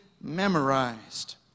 memorized